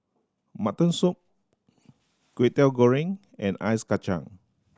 mutton soup Kway Teow Goreng and Ice Kachang